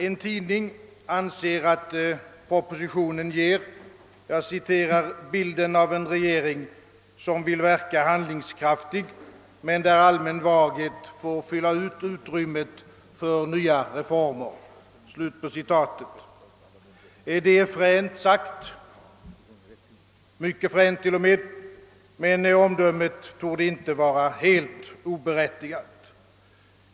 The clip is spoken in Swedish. En tidning anser att propositionen ger »bilden av en regering som vill verka handlingskraftig men där allmän vaghet får fylla ut utrymmet för nya reformer». Det är mycket fränt sagt, men omdömet torde inte vara helt oberättigat.